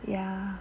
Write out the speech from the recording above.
ya